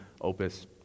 opus